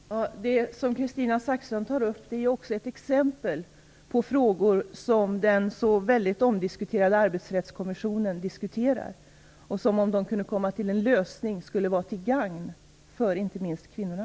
Fru talman! Det som Kristina Zakrisson tar upp är exempel på frågor som den så omdiskuterade arbetsrättskommissionen diskuterar och som, om man kunde komma till en lösning, skulle vara till gagn inte minst för kvinnorna.